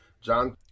John